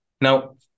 Now